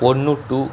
one to